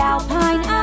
Alpine